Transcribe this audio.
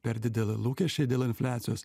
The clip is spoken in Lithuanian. per dideli lūkesčiai dėl infliacijos